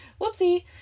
whoopsie